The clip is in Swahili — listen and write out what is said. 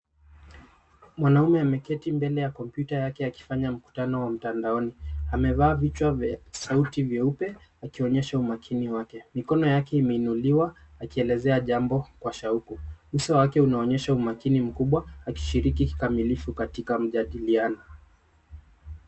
Mwanamme ameketi mbele ya kompyuta yake akifanya mkutano wa mtandaoni. Amevaa vichwa vya sauti vyeupe ikionyesha umakini wake. Mikono yake imeinuliwa akielezea jambo kwa shauku. Uso wake unaonyesha umakini mkubwa akishikiri kikamilifu katika mjadiliano.